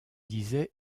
disait